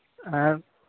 ᱟᱨ